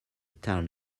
town